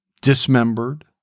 dismembered